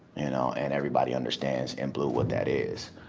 you know, and everybody understands in blue what that is.